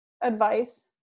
advice